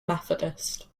methodist